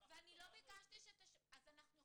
זה לא אנחנו קבענו.